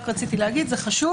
רק רציתי להגיד את זה, זה חשוב.